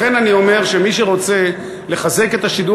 לכן אני אומר שמי שרוצה לחזק את השידור